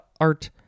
art